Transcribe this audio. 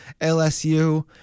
LSU